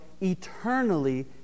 eternally